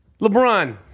LeBron